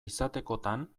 izatekotan